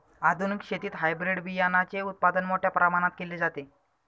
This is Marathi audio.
आधुनिक शेतीत हायब्रिड बियाणाचे उत्पादन मोठ्या प्रमाणात केले जाते